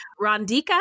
Rondika